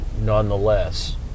nonetheless